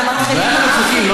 אנחנו מתחילים מהחופים.